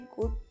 good